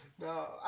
No